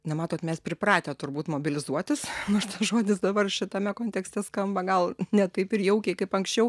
na matot mes pripratę turbūt mobilizuotis nors tas žodis dabar šitame kontekste skamba gal ne taip ir jaukiai kaip anksčiau